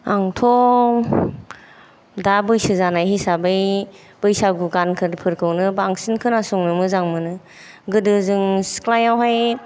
आंथ' दा बैसो जानाय हिसाबै बैसागु गानफोरखौनो बांसिन खोनासंनो मोजां मोनो गोदो जों सिख्लायावहाय